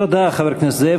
תודה, חבר הכנסת זאב.